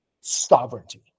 sovereignty